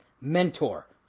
mentor